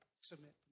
submit